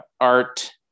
Art